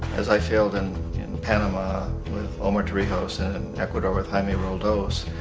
as i failed and in panama with omar torrijos and and ecuador with jaime roldos,